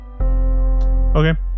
Okay